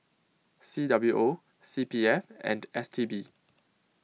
C W O C P F and S T B